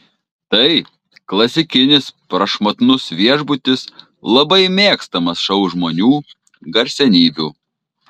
tai klasikinis prašmatnus viešbutis labai mėgstamas šou žmonių garsenybių